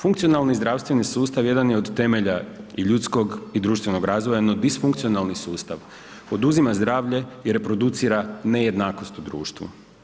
Funkcionalni zdravstveni sustav jedan je od temelja i ljudskog i društvenog razvoja, no disfunkcionalni sustav oduzima zdravlje i reproducira nejednakost u društvu.